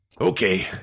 Okay